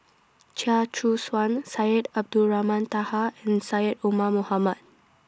Chia Choo Suan Syed Abdulrahman Taha and Syed Omar Mohamed